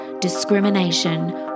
discrimination